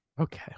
okay